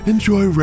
Enjoy